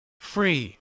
Free